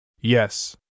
Yes